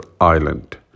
Island